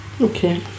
Okay